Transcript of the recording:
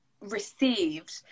Received